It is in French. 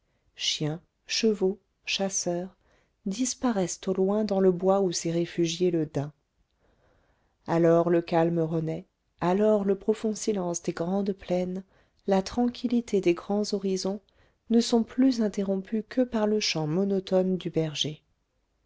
chiens chevaux chasseurs disparaissent au loin dans le bois où s'est réfugié le daim alors le calme renaît alors le profond silence des grandes plaines la tranquillité des grands horizons ne sont plus interrompus que par le chant monotone du berger